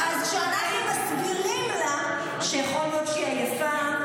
אז כשאנחנו מסבירים לה שיכול להיות שהיא עייפה,